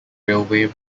railway